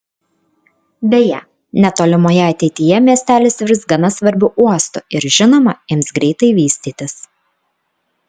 beje netolimoje ateityje miestelis virs gana svarbiu uostu ir žinoma ims greitai vystytis